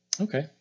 Okay